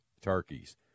turkeys